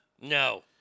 No